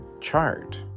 chart